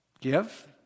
give